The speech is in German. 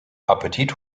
appetit